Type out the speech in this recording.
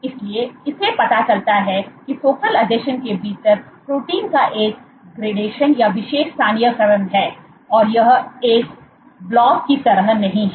इसलिए इससे पता चलता है कि फोकल आसंजन के भीतर प्रोटीन का एक ग्रेडेशन या विशेष स्थानीयकरण है और यह एक ब्लॉब की तरह नहीं है